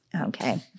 Okay